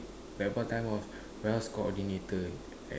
that point of time was warehouse coordinator at